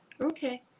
okay